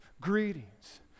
greetings